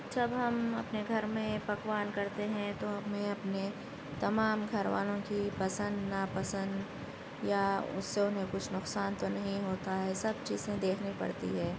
جب ہم اپنے گھر میں پکوان کرتے ہیں تو ہمیں اپنے تمام گھر والوں كى پسند نا پسند یا اس سے انہیں کچھ نقصان تو نہیں ہوتا ہے سب چیزیں دیکھنی پڑتی ہے